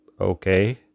okay